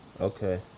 Okay